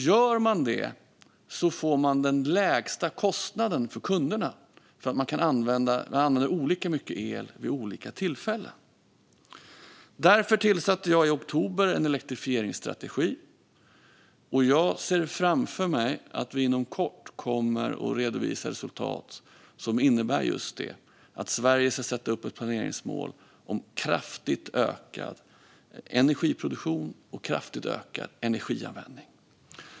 Gör man det får man den lägsta kostnaden för kunderna, eftersom man använder olika mycket el vid olika tillfällen. Därför tillsatte jag i oktober en arbetsgrupp med uppgift att ta fram förslag till en elektrifieringsstrategi. Jag ser framför mig att vi inom kort kommer att redovisa resultat som innebär att Sverige ska sätta upp ett planeringsmål om kraftigt ökad energiproduktion och kraftigt ökad energianvändning.